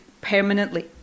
permanently